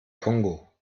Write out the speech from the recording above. kongo